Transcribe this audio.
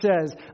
says